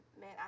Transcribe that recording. man